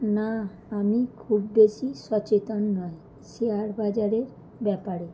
না আমি খুব বেশি সচেতন নয় শেয়ার বাজারের ব্যাপারে